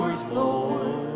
Lord